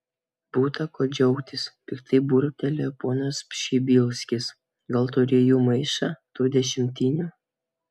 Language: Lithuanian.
būta ko džiaugtis piktai burbtelėjo ponas pšibilskis gal turi jų maišą tų dešimtinių